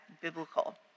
biblical